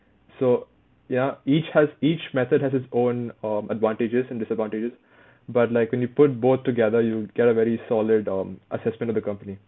so ya each has each method has its own um advantages and disadvantages but like when you put both together you get a very solid um assessment of the company